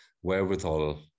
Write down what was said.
wherewithal